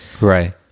Right